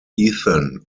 ethan